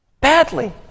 Badly